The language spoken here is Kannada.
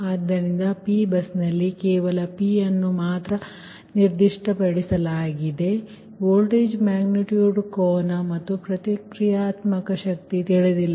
ಆದ್ದರಿಂದ Pಬಸ್ನಲ್ಲಿ ಕೇವಲ Pಅನ್ನು ಮಾತ್ರ ನಿರ್ದಿಷ್ಟಪಡಿಸಲಾಗಿದೆ ವೋಲ್ಟೇಜ್ ಮ್ಯಾಗ್ನಿಟ್ಯೂಡ್ ಕೋನ ಮತ್ತು ಪ್ರತಿಕ್ರಿಯಾತ್ಮಕ ಶಕ್ತಿ ತಿಳಿದಿಲ್ಲ